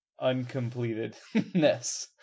uncompletedness